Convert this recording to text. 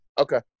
okay